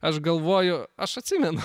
aš galvoju aš atsimenu